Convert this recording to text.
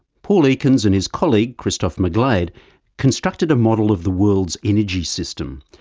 paul ekins and his colleague christophe mcglade constructed a model of the world's energy system,